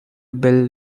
bill